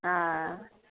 हा